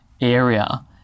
area